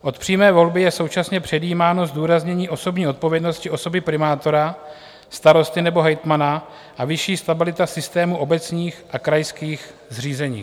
Od přímé volby je současně předjímáno zdůraznění osobní odpovědnosti osoby primátora, starosty nebo hejtmana a vyšší stabilita systému obecních a krajských zřízení.